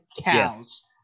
cows